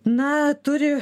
na turi